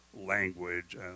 language